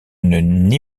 une